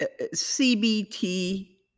CBT